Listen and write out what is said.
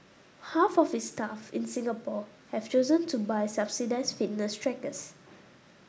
half of its staff in Singapore have chosen to buy subsidised fitness trackers